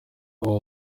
uwo